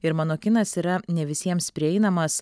ir mano kinas yra ne visiems prieinamas